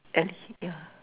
as yeah